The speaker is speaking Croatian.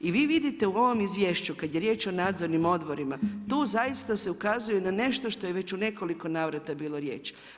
I vi vidite u ovom izvješću kad je riječ o nadzornim odborima, tu zaista se ukazuje na nešto što je već u nekoliko navrata bilo riječ.